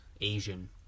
Asian